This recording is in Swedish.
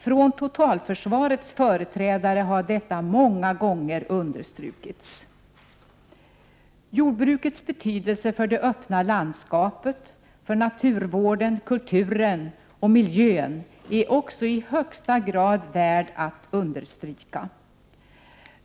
Från totalförsvarets företrädare har detta många gånger understrukits. Jordbrukets betydelse för det öppna landskapet, för naturvården, kulturen och miljön är också i högsta grad värd att understryka.